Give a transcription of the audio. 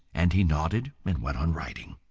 and he nodded and went on writing.